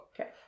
Okay